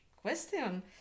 question